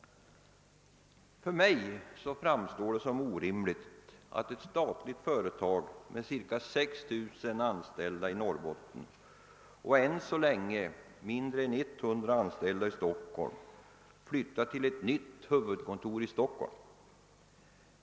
För mig framstår det som orimligt att ett statligt företag med ca 6 000 anställda i Norrbotten och ännu så länge mindre än 100 anställda i Stockholm flyttar till ett nytt huvudkontor i Stockholm.